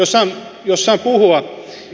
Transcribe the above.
jos saan puhua